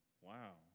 Wow